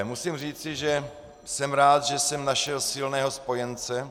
Musím říci, že jsem rád, že jsem našel silného spojence.